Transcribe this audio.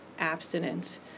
abstinence